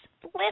flip